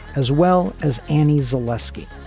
as well as annie zaleski.